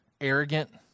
arrogant